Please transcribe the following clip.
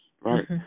Right